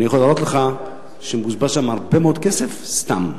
אני יכול להראות לך שמבוזבז שם הרבה מאוד כסף סתם.